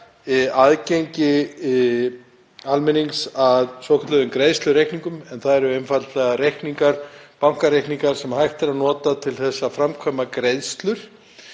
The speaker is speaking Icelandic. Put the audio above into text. aðgengi almennings að svokölluðum greiðslureikningum, en það eru einfaldlega bankareikningar sem hægt er að nota til að framkvæma greiðslur.